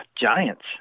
Giants